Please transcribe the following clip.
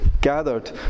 gathered